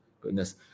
Goodness